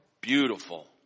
beautiful